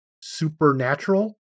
supernatural